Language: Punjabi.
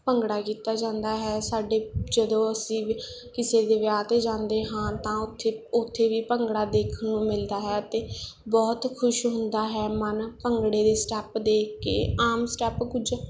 ਭੰਗੜਾ ਕੀਤਾ ਜਾਂਦਾ ਹੈ ਸਾਡੇ ਜਦੋਂ ਅਸੀਂ ਵੀ ਕਿਸੇ ਦੇ ਵਿਆਹ 'ਤੇ ਜਾਂਦੇ ਹਾਂ ਤਾਂ ਉੱਥੇ ਉੱਥੇ ਵੀ ਭੰਗੜਾ ਦੇਖਣ ਨੂੰ ਮਿਲਦਾ ਹੈ ਅਤੇ ਬਹੁਤ ਖੁਸ਼ ਹੁੰਦਾ ਹੈ ਮਨ ਭੰਗੜੇ ਦੇ ਸਟੈਪ ਦੇਖ ਕੇ ਆਮ ਸਟੈਪ ਕੁਝ